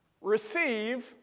Receive